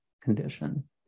condition